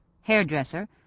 hairdresser